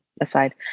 aside